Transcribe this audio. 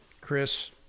Chris